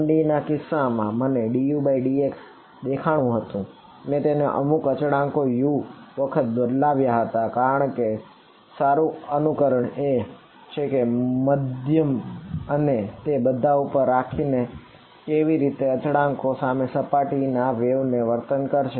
1D ના કિસ્સામાં મને dudx દેખાણું હતું મેં તેને અમુક અચળાંકો u વખત બદલાવ્યાં હતા કારણ કે સારું અનુકરણ એ છે કે માધ્યમ અને તે બધા ઉપર આધાર રાખી ને કેવી રીતે અચળાંકો સામે સપાટીના વેવ વર્તન કરશે